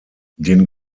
den